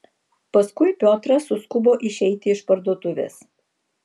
paskui piotras suskubo išeiti iš parduotuvės